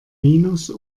minus